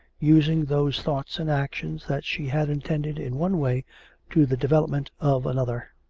using those thoughts and actions that she had intended in one way to the develop ment of another.